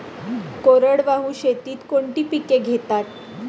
कोरडवाहू शेतीत कोणती पिके घेतात?